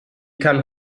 kann